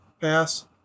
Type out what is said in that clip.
Pass